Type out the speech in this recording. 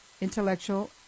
intellectual